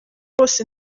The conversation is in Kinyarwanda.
bose